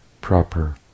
proper